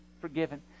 forgiven